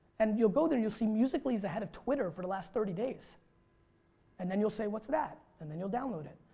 and you'll go there and you'll see musically is ahead of twitter for the last thirty days and then you'll say, what's that? and then you'll download it.